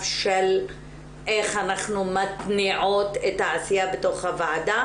של איך אנחנו מתניעות את העשייה בתוך הוועדה,